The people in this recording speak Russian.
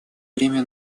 время